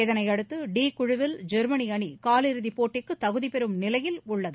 இதனையடுத்து டி குழுவில் ஜெர்மனி அணி காலிறுதி போட்டிக்கு தகுதி பெறும் நிலையில் உள்ளது